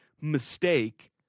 mistake